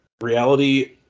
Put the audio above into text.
reality